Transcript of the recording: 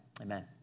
amen